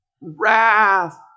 wrath